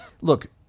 Look